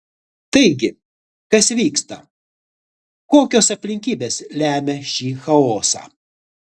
taigi kas vyksta kokios aplinkybės lemia šį chaosą